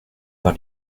par